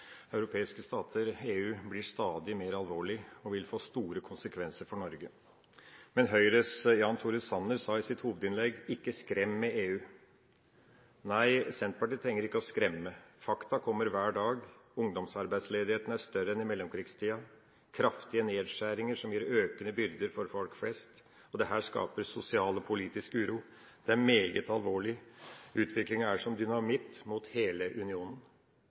EU blir stadig mer alvorlig og vil få store konsekvenser for Norge. Men Høyres Jan Tore Sanner sa i sitt hovedinnlegg: Ikke skrem med EU. Nei, Senterpartiet trenger ikke å skremme. Fakta kommer hver dag: Ungdomsarbeidsledigheten er større enn i mellomkrigstida, det er kraftige nedskjæringer som gir økende byrder for folk flest. Dette skaper sosial og politisk uro. Det er meget alvorlig. Utviklinga er som dynamitt mot hele unionen.